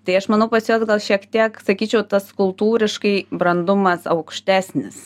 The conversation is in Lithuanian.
tai aš manau pas juos gal šiek tiek sakyčiau tas kultūriškai brandumas aukštesnis